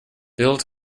build